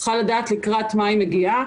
צריכה לדעת לקראת מה היא מגיעה.